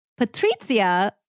Patrizia